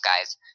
guys